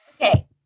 Okay